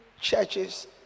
churches